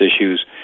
issues